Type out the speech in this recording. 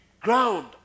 ground